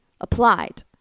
applied